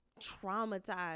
traumatized